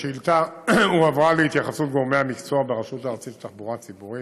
השאילתה הועברה להתייחסות גורמי המקצוע ברשות הארצית לתחבורה ציבורית,